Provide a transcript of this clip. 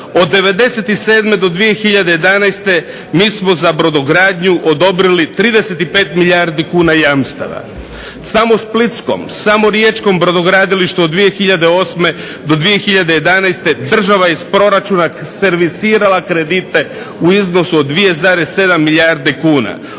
Od '97. do 2011. Mi smo za brodogradnju odobrili 35 milijardi kuna jamstava. Samo splitskom, samo Riječkom brodogradilištu od 2008. do 2011. Država iz proračuna servisirala kredite u iznosu od 2,7 milijarde kuna.